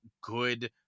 good